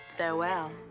Farewell